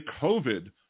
COVID